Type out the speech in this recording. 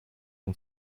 and